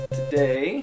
today